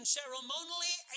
ceremonially